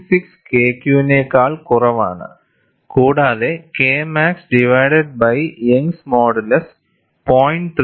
6 KQ നെക്കാൾ കുറവാണ് കൂടാതെ K max divided by Young's modulus 0